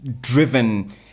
driven